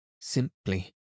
simply